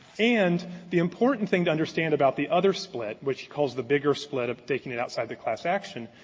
and the important thing to understand about the other split, which he calls the bigger split of taking it outside the class action,